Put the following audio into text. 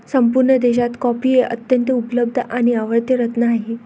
संपूर्ण देशात कॉफी हे अत्यंत उपलब्ध आणि आवडते रत्न आहे